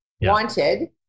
wanted